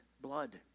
blood